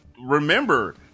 remember